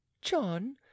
John